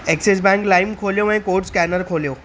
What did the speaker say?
axis bank लाइम खोलियो ऐं कोड स्कैनर खोलियो